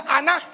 Anna